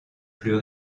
plus